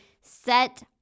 set